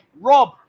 Rob